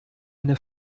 eine